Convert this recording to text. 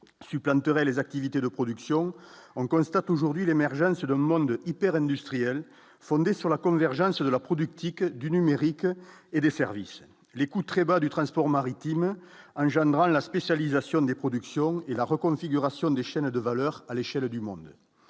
supplantera les activités de production, on constate aujourd'hui l'émergence demande de hyper and Dust réelle, fondée sur la convergence de la productique du numérique et des services, les coûts très bas du transport maritime Jeannerat la spécialisation des productions et la reconfiguration des chaînes de valeur à l'échelle du monde,